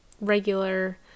regular